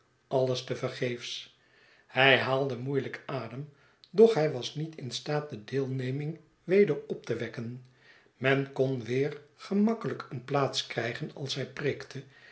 alles te vergeefs hij haalde moeielijk adem doch hij was niet in staat de deelneming weder op te wekken men kon weer gemakkelijk een plaats krijgen als hij preekte